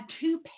two